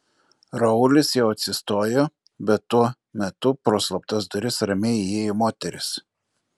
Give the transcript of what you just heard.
raulis jau atsistojo bet tuo metu pro slaptas duris ramiai įėjo moteris